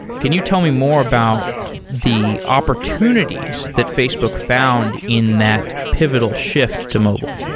can you tell me more about the opportunities that facebook found in that pivotal shift to mobile.